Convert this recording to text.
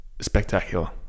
spectacular